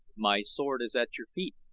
my sword is at your feet,